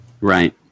Right